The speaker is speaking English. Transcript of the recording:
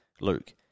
Luke